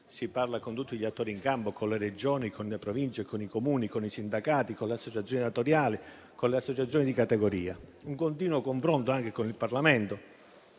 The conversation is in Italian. Si parla con tutti gli attori in campo, con le Regioni, con le Province, con i Comuni, con i sindacati, con le associazioni datoriali e con le associazioni di categoria; un continuo confronto anche con il Parlamento.